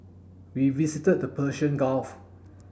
we visited the Persian Gulf